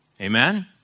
Amen